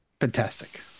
Fantastic